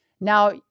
Now